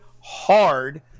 hard